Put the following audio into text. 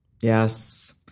Yes